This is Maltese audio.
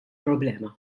problema